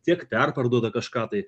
tiek perparduoda kažką tai